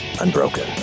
unbroken